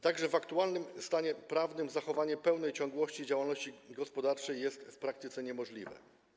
Tak że w aktualnym stanie prawnym zachowanie pełnej ciągłości działalności gospodarczej jest w praktyce niemożliwe.